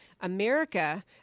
America